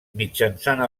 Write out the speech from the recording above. mitjançant